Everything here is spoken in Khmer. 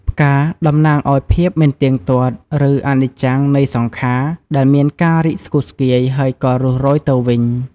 ផ្កា តំណាងឱ្យភាពមិនទៀងទាត់ ឬ អនិច្ចំ នៃសង្ខារ ដែលមានការរីកស្គុះស្គាយហើយក៏រុះរោយទៅវិញ។